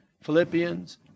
Philippians